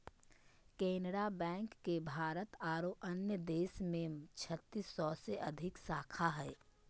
Canara bank के भारत आरो अन्य देश में छत्तीस सौ से अधिक शाखा हइ